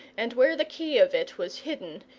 and where the key of it was hidden,